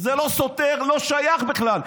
זה לא סותר, לא שייך בכלל.